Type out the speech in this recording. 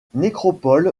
nécropole